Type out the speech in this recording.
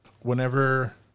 Whenever